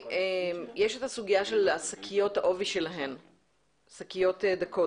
יש את הסוגיה של עובי השקיות, שקיות דקות.